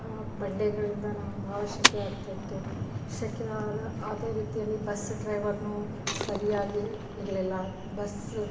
ಆ ಬಂಡೆಗಳಿಂದ ನಮಗೆ ಭಾಳ ಸೆಖೆಯಾಗ್ತಿತ್ತು ಸೆಖೆಯಾಗ ಅದೇ ರೀತಿಯಲ್ಲಿ ಬಸ್ ಡ್ರೈವರ್ನು ಸರಿಯಾಗಿ ಇರಲಿಲ್ಲ ಬಸ್ಸ